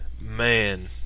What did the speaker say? man